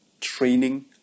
training